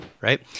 right